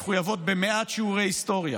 מחויבות במעט שיעורי היסטוריה,